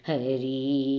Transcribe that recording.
Hari